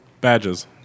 badges